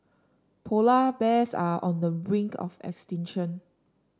polar bears are on the brink of extinction